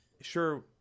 sure